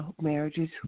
marriages